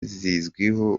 zizwiho